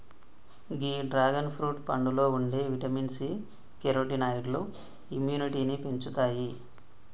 గీ dragon fruit పండులో ఉండే vitamin C, కెరోటినాయిడ్లు ఇమ్యునిటీని పెంచుతాయి